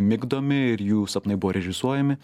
migdomi ir jų sapnai buvo režisuojami